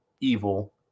evil